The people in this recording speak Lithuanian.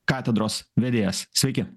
katedros vedėjas sveiki